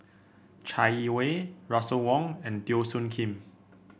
Chai Yee Wei Russel Wong and Teo Soon Kim